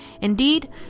Indeed